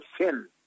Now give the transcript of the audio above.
sin